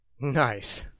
Nice